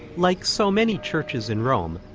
like so many churches in rome,